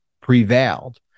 prevailed